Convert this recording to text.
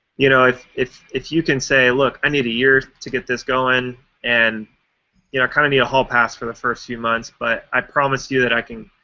you know if if you can say, look, i need a year to get this going. and you know i kind of need a hall pass for the first few months, but i promise you that i can